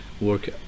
work